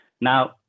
Now